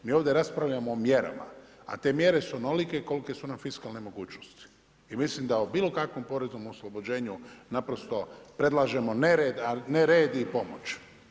Mi ovdje raspravljamo o mjerama a te mjere su onolike kolike su nam fiskalne mogućnosti i mislim da o bilokakvom poreznom oslobođenju naprosto predlažemo nered a ne red i pomoć.